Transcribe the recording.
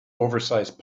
oversized